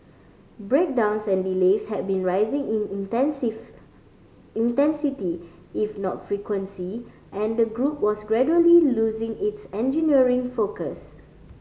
breakdowns and delays had been rising in intensits intensity if not frequency and the group was gradually losing its engineering focus